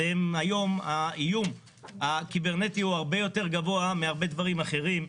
היום האיום הקיברנטי הוא הרבה יותר גבוה מהרבה דברים אחרים.